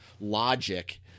logic